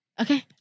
Okay